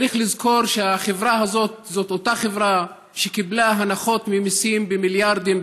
צריך לזכור שהחברה הזאת זאת אותה חברה שקיבלה הנחות ממיסים במיליארדים,